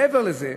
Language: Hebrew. מעבר לזה,